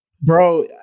Bro